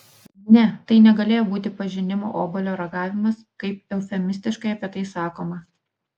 ne tai negalėjo būti pažinimo obuolio ragavimas kaip eufemistiškai apie tai sakoma